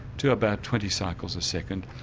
to about twenty cycles a second.